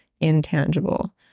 intangible